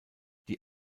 die